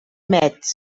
metz